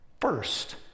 first